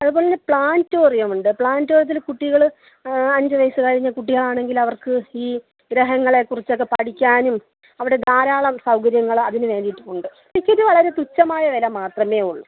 അതുപോലെതന്നെ പ്ലാനറ്റോറിയം ഉണ്ട് പ്ലാനറ്റോറിയത്തിൽ കുട്ടികൾ അഞ്ചു വയസ്സ് കഴിഞ്ഞ കുട്ടികളാണെങ്കിൽ അവർക്ക് ഈ ഗ്രഹങ്ങളെക്കുറിച്ചൊക്കെ പഠിക്കാനും അവിടെ ധാരാളം സൗകര്യങ്ങൾ അതിനു വേണ്ടിയിട്ട് ഉണ്ട് ടിക്കറ്റ് വളരെ തുച്ഛമായ വില മാത്രമേ ഉള്ളൂ